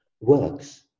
works